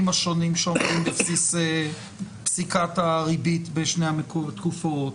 השונים שעומדים בבסיס פסיקת הריבית בשני התקופות,